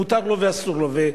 מותר לו ואסור לו.